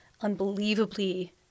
unbelievably